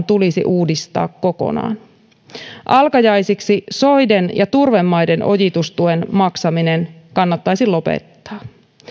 tulisi puolestaan uudistaa kokonaan alkajaisiksi soiden ja turvemaiden ojitustuen maksaminen kannattaisi lopettaa